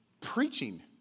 preaching